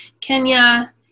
Kenya